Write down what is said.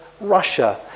Russia